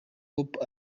hop